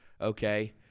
Okay